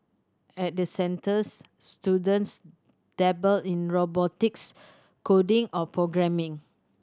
at the centres students dabble in robotics coding or programming